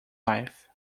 life